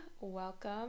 welcome